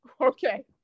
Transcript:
Okay